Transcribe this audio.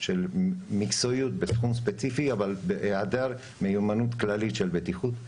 של מקצועיות בתחום ספציפי אבל בהעדר מיומנות כללית של בטיחות.